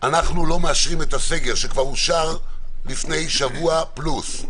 אנחנו לא מאשרים את הסגר שכבר אושר לפני שבוע פלוס,